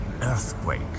earthquake